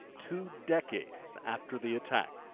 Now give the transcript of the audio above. two decades after the attack.